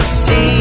see